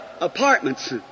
apartments